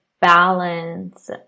balance